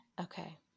Okay